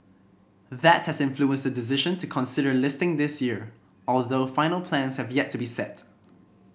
that has influenced the decision to consider listing this year although final plans have yet to be set